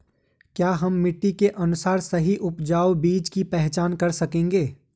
क्या हम मिट्टी के अनुसार सही उपजाऊ बीज की पहचान कर सकेंगे?